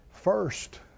First